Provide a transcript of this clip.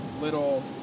little